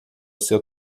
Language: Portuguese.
seu